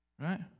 Right